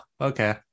okay